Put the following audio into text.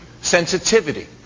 sensitivity